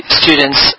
students